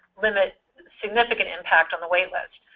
limit significant impact on the waitlist.